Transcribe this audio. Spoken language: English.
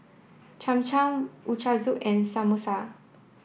Cham Cham Ochazuke and Samosa